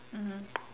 mmhmm